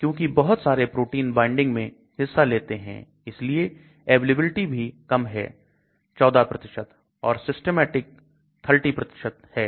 क्योंकि बहुत सारे प्रोटीन वाइंडिंग में हिस्सा लेते हैं इसलिए एबिलिटी भी कम है 14 और systemic 30 है